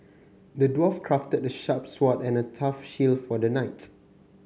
the dwarf crafted a sharp sword and a tough shield for the knight